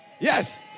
Yes